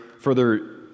further